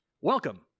Welcome